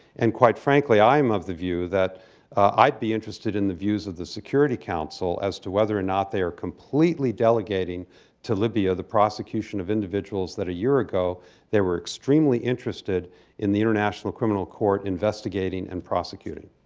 and quite frankly, i am of the view that i'd be interested in the views of the security council as to whether or not they are completely delegating to libya the prosecution of individuals that a year ago they were extremely interested in the international criminal court investigating and prosecuting.